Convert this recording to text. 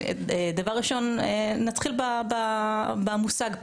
דבר ראשון, נתחיל במושג.